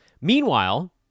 Meanwhile